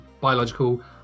biological